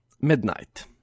midnight